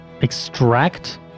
Extract